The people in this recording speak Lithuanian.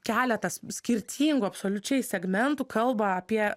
keletas skirtingų absoliučiai segmentų kalba apie